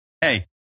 hey